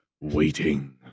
waiting